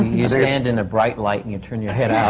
you stand in a bright light and you turn your head out